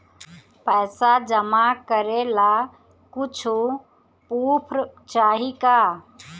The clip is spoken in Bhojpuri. पैसा जमा करे ला कुछु पूर्फ चाहि का?